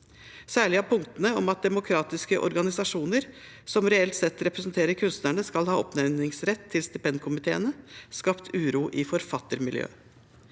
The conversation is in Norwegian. Særlig har punktene om at demokratiske organisasjoner som reelt sett representerer kunstnerne, skal ha oppnevningsrett i stipendkomiteene, skapt uro i forfattermiljøet.